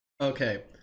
okay